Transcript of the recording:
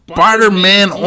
Spider-Man